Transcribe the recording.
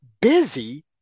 busy